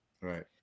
Right